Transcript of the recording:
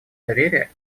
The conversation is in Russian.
доверия